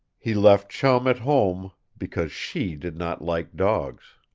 he left chum at home because she did not like dogs.